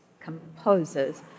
composers